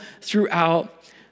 throughout